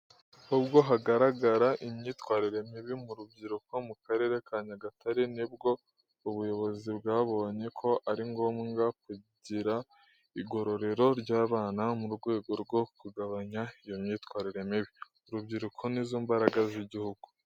Ubwo hagaragaraga imyitwarire mibi mu rubyiruko mu Karere ka Nyagatare, nibwo ubuyobozi bwabonye ko ari ngombwa kugira igororero ry’abana mu rwego rwo kugabanya iyo myitwarire mibi. Urubyiruko ni zo mbaraga z’igihugu.